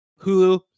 Hulu